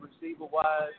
receiver-wise